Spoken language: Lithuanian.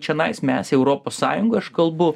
čionais mes europos sąjungoj aš kalbų